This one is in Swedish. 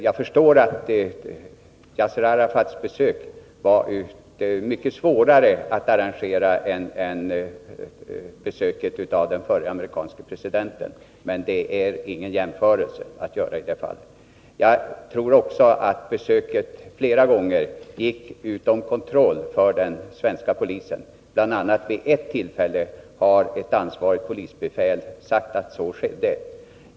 Jag förstår att Yasser Arafats besök var mycket svårare att arrangera än besöket av den förre amerikanske presidenten, men det är ingen jämförelse att göra i det här fallet. Jag tror också att besöket flera gånger gick utanför den svenska polisens kontroll. Bl. a. har ett ansvarigt polisbefäl vid ett tillfälle sagt att så skedde.